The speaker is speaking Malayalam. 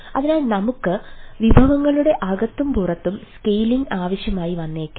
അതിനാൽ നമ്മൾക്ക് വിഭവങ്ങളുടെ അകത്തും പുറത്തും സ്കെയിലിംഗ് ആവശ്യമായി വന്നേക്കാം